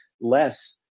less